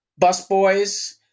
busboys